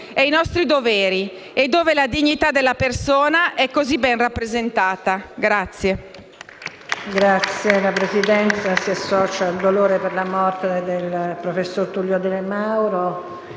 e i nostri doveri, e dove la dignità della persona è così ben rappresentata.